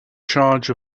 charge